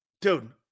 dude